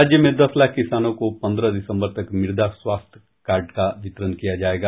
राज्य में दस लाख किसानों को पन्द्रह दिसम्बर तक मृदा स्वास्थ्य कार्ड का वितरण किया जायेगा